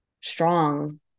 strong